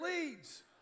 leads